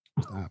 Stop